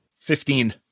Fifteen